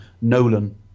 Nolan